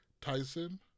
Tyson